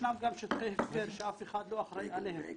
ישנם גם שטחי הפקר שאף אחד לא אחראי עליהם.